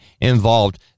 involved